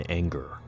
anger